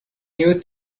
new